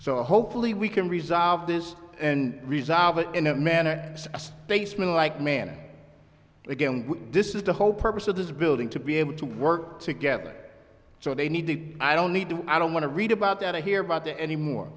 so hopefully we can resolve this and resolve it in a manner a basement like manner again this is the whole purpose of this building to be able to work together so they need to i don't need to i don't want to read about that i hear about the any more